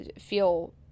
feel